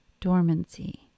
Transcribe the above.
dormancy